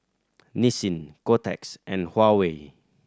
Nissin Kotex and Huawei